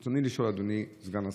רצוני לשאול, אדוני סגן השר: